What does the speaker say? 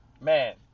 man